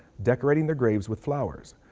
decorating their graves with flowers.